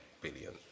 billion